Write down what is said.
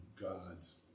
God's